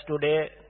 today